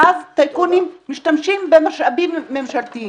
ואז טייקונים משתמשים משאבים ממשלתיים.